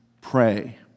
pray